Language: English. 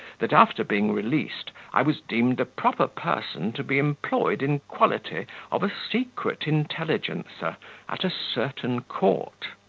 that, after being released, i was deemed a proper person to be employed in quality of a secret intelligencer at a certain court.